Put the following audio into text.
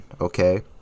okay